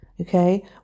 okay